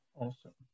awesome